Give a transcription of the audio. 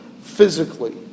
physically